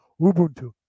Ubuntu